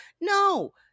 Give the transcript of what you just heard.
No